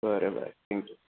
ભલે bye thank you